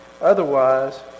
Otherwise